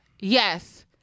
Yes